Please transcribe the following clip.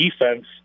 defense